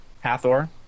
Hathor